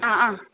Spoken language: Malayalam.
ആ ആ